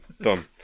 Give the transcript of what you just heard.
Done